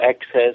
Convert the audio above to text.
access